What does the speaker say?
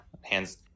hands